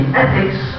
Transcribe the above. ethics